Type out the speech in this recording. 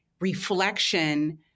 reflection